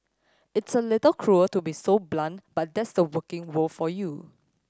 it's a little cruel to be so blunt but that's the working world for you